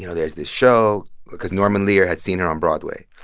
you know there's this show because norman lear had seen her on broadway.